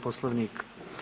Poslovnika.